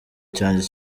cyanjye